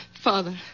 Father